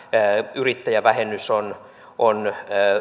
yrittäjävähennys on on